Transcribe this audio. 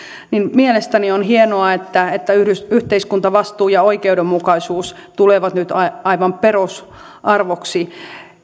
mielestäni on hienoa että että yhteiskuntavastuu ja oikeudenmukaisuus tulevat nyt aivan perusarvoksi